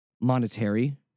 monetary